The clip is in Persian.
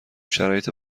شرایط